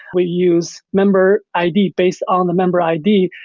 we use member id based on the member id,